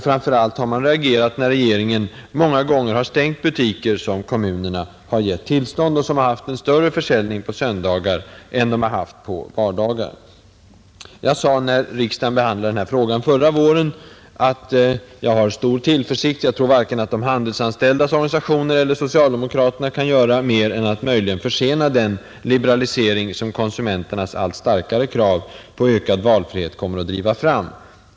Framför allt har man reagerat i de många fall då regeringen har stängt butiker som kommunerna har gett dispens och som på söndagar haft större försäljning än de har haft på När riksdagen förra våren behandlade denna fråga, sade jag att jag hyste stor tillförsikt: ”Varken de handelsanställdas organisationer eller socialdemokraterna kan göra mer än försena den liberalisering som konsumenternas allt starkare krav på ökad valfrihet kommer att driva fram.